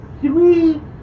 three